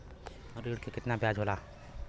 ऋण के कितना ब्याज होला?